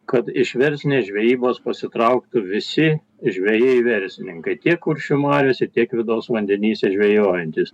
kad iš verslinės žvejybos pasitrauktų visi žvejai verslininkai tiek kuršių mariose tiek vidaus vandenyse žvejojantys